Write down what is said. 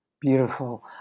Beautiful